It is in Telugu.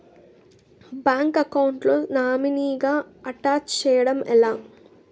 బ్యాంక్ అకౌంట్ లో నామినీగా అటాచ్ చేయడం ఎలా?